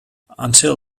until